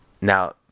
Now